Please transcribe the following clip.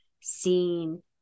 seen